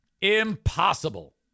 Impossible